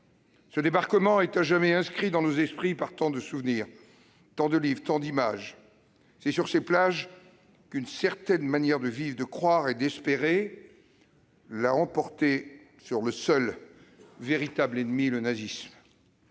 Ce débarquement est à jamais inscrit dans nos esprits par tant de souvenirs, tant de livres et tant d'images. C'est sur ces plages qu'une certaine manière de vivre, de croire et d'espérer l'a emporté sur le seul, le véritable ennemi : le nazisme.